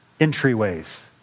entryways